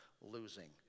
losing